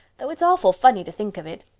though it's awful funny to think of it.